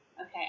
okay